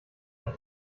ein